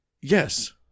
yes